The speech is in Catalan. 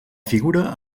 figura